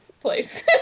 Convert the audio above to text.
place